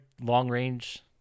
long-range